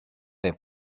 they